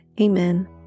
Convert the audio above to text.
Amen